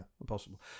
Impossible